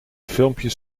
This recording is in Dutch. filmpjes